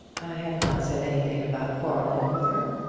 i have not said anything about quarrelling with her.